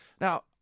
Now